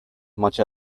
much